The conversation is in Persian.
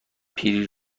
پیری